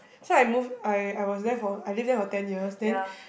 so I move I I was there for I lived there for ten years then